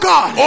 God